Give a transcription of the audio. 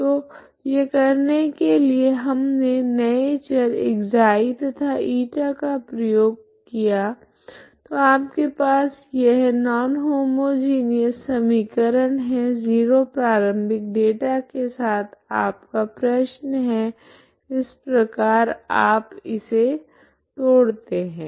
तो यह करने के लिए हमने नए चर ξ तथा η का प्रयोग करते है तो आपके पास यह नॉन होमोजिनिऔस समीकरण है 0 प्रारम्भिक डेटा के साथ आपका प्रश्न है इस प्रकार आप इसे तोड़ते है